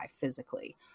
physically